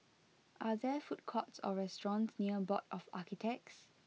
are there food courts or restaurants near Board of Architects